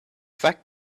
fact